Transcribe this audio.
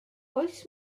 oes